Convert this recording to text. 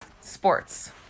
Sports